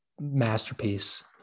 masterpiece